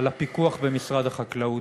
על הפיקוח במשרד החקלאות.